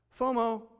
FOMO